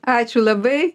ačiū labai